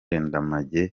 ndamage